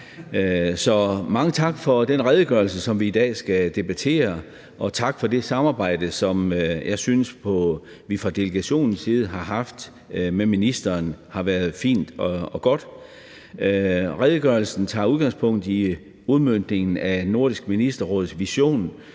Mange tak for den redegørelse, som vi i dag skal debattere, og tak for det samarbejde, som vi fra delegationens side har haft med ministeren, som jeg synes har været fint og godt. Redegørelsen tager udgangspunkt i udmøntningen af Nordisk Ministerråds vision